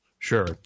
Sure